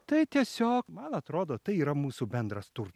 tai tiesiog man atrodo tai yra mūsų bendras turtas